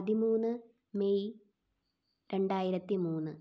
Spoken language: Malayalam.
പതിമൂന്ന് മെയ് രണ്ടായിരത്തി മൂന്ന്